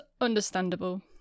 understandable